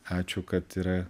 ačiū kad yra